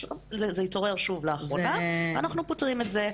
זה התעורר שוב לאחרונה ואנחנו פותרים את זה,